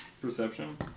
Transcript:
Perception